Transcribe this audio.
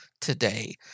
today